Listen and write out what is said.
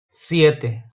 siete